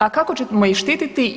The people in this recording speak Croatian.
A kako ćemo ih štititi?